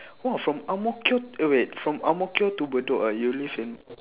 !wah! from ang mo kio eh wait from ang mo kio to bedok ah you live in